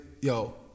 Yo